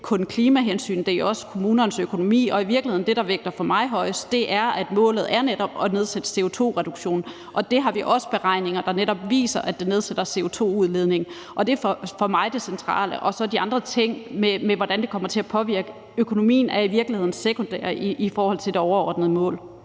om klimahensyn, men også om kommunernes økonomi. I virkeligheden er det, der vægter højest for mig, at målet netop er at reducere CO2-udledningen, og vi har beregninger, der netop viser, at det reducerer CO2-udledningen. Det er for mig det centrale, og så er de andre ting, der handler om, hvordan det kommer til at påvirke økonomien, i virkeligheden sekundære i forhold til det overordnede mål.